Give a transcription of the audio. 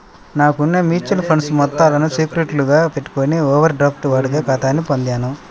నాకున్న mutual funds మొత్తాలను సెక్యూరిటీలుగా పెట్టుకొని ఓవర్ డ్రాఫ్ట్ వాడుక ఖాతాని పొందాను